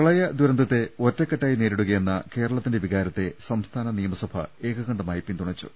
പ്രളയ ദുരന്തത്തെ ഒറ്റക്കെട്ടായി നേരിടുകയെന്ന കേരളത്തിന്റെ വികാ രത്തെ സംസ്ഥാന നിയമസഭ ഏകകണ്ഠമായി പിന്തുണച്ചു